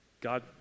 God